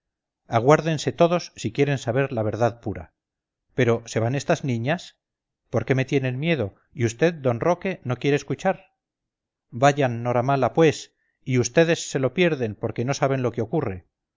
aguárdense todos si quieren saber la verdad pura pero se van estas niñas por qué me tienen miedo y vd d roque no quiere escuchar vayan noramala pues y vds se lo pierden porque no saben lo que ocurre